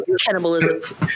Cannibalism